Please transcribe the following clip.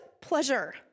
pleasure